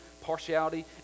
partiality